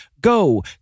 Go